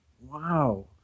Wow